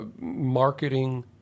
marketing